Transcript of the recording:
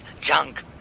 junk